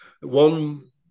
One